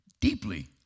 deeply